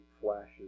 flashes